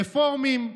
רפורמים,